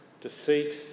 deceit